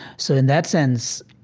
so in that sense,